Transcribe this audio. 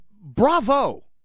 bravo